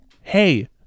hey